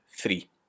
three